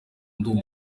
ndumva